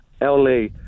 LA